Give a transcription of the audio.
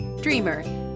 dreamer